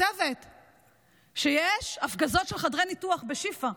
כותבת שיש הפגזות של חדרי ניתוח בשיפא,